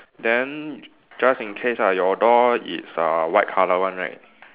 then just in case ah your door is uh white colour one right